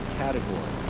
category